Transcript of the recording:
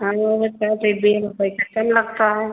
एक B A में पैसा कम लगता है